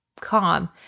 calm